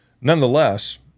Nonetheless